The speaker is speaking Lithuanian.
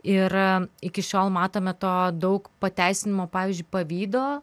ir iki šiol matome to daug pateisinimo pavyzdžiui pavydo